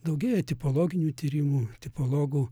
daugėja tipologinių tyrimų tipologų